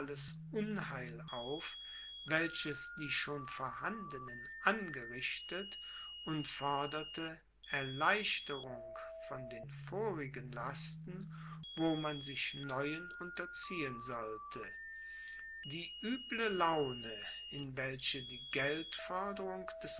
unheil auf welches die schon vorhandenen angerichtet und forderte erleichterung von den vorigen lasten wo man sich neuen unterziehen sollte die üble laune in welche die geldforderung des